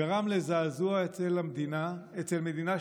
גרם לזעזוע אצל מדינה שלמה,